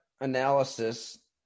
analysis